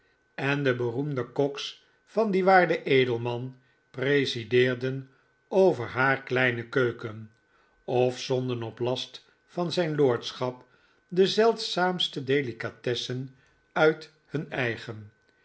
en de beroemde koks van dien waarden edelman presideerden over haar kleine keuken of zonden op last van zijn lordschap de zeldzaamste delicatessen uit hun eigen